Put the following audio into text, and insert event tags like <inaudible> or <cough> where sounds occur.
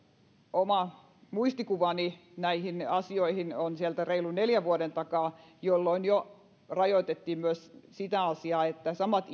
oma muistikuvani näihin asioihin on sieltä reilun neljän vuoden takaa jolloin jo rajoitettiin myös sitä asiaa niin että samat <unintelligible>